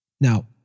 Now